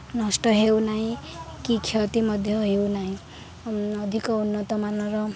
ନଷ୍ଟ ହେଉନାହିଁ କି କ୍ଷତି ମଧ୍ୟ ହେଉନାହିଁ ଅଧିକ ଉନ୍ନତମାନର